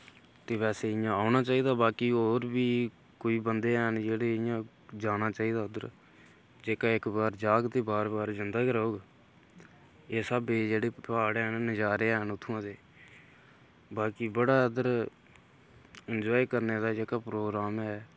ते वैसे इ'यां औना चाहिदा बाकी होर बी कोई बंदे हैन जेह्ड़े इ'यां जाना चाहिदा उद्धर जेह्का इक बार जाह्ग ते बार बार जंदा गै रौह्ग इक स्हाबै दे जेह्ड़े प्हाड़ हैन नजारे हैन उत्थूं दे बाकी बड़ा उद्धर इंजाय करने दा जेह्का प्रोग्राम ऐ